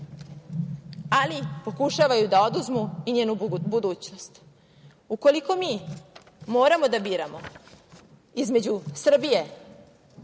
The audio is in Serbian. ali pokušavaju da oduzmu i njenu budućnost. Ukoliko mi moramo da biramo između Srbije